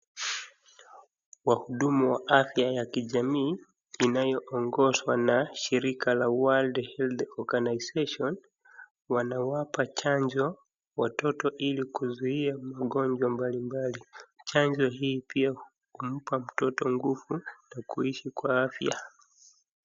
Wahudumu ya afya ya kijamii inayoongozwa na shirika la World Health Organization, wanawapa chanjo watoto ili kuzuia magonjwa mbalimbali, chanjo hii pia humpa mtoto nguvu ya kuishi kwa afya.